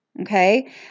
Okay